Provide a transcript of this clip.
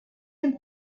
dem